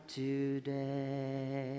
today